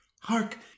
Hark